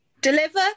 Deliver